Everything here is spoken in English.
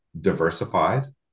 diversified